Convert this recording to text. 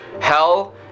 hell